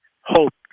hope